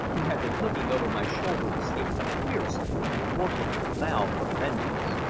who had been looking over my shoulder, escaped a fierce and forcible vow of vengeance.